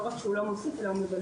לא רק שהוא לא מוסיף, הוא מבלבל.